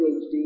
PhD